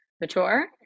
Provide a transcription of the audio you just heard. mature